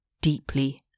deeply